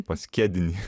pas kedinį